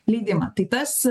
leidimą tai tas